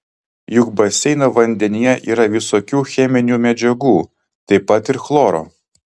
juk baseino vandenyje yra visokių cheminių medžiagų taip pat ir chloro